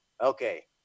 Okay